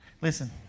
listen